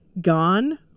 gone